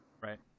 Right